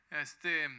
Este